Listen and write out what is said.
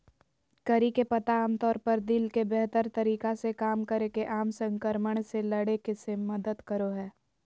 करी के पत्ता आमतौर पर दिल के बेहतर तरीका से काम करे मे आर संक्रमण से लड़े मे मदद करो हय